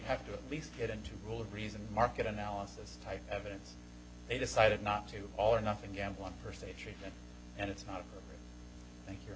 have to least get into rule of reason market analysis type evidence they decided not to all or nothing gamble on her statement and it's not like you